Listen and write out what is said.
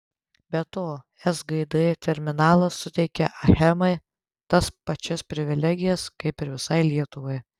be to sgd terminalas suteikia achemai tas pačias privilegijas kaip ir visai lietuvai